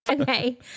Okay